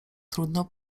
trudno